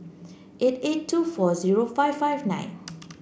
eight eight two four zero five five nine